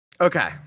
Okay